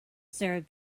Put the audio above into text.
serve